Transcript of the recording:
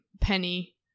Penny